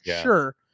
Sure